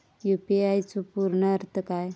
UPI चो पूर्ण अर्थ काय?